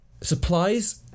supplies